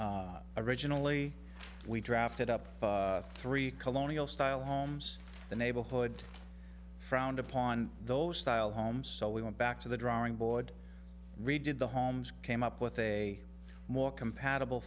originally we drafted up three colonial style homes the neighborhood frowned upon those style homes so we went back to the drawing board redid the homes came up with a more compatible